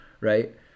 right